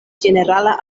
ĝenerala